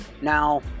Now